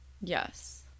yes